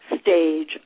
stage